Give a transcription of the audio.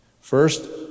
First